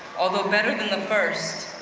although better than the first,